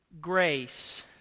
grace